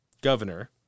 governor